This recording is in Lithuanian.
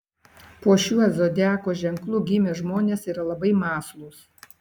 po šiuo zodiako ženklu gimę žmonės yra labai mąslūs